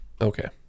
Okay